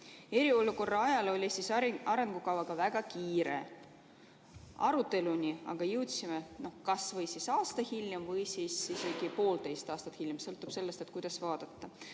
Eriolukorra ajal oli arengukavaga väga kiire, aruteluni aga jõudsime kas aasta või isegi poolteist aastat hiljem, sõltub sellest, kuidas vaadata.